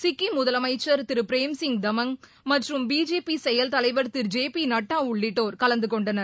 சிக்கிம் முதலனமச்சர் திரு பிரேம்சிய் தமங் மற்றும் பிஜேபி செயல் தலைவர் திரு ஜே பி நட்டா உள்ளிட்டோர் கலந்துகொண்டனர்